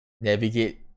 navigate